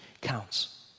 counts